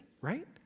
right